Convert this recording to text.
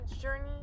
journey